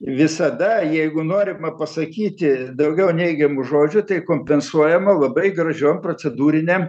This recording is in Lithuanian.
visada jeigu norima pasakyti daugiau neigiamų žodžių tai kompensuojama labai gražiom procedūrinėm